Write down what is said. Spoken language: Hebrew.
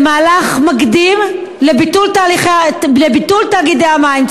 זה מהלך מקדים לביטול תאגידי המים.